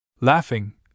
laughing